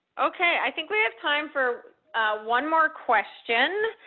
okay, i think we have time for one more question.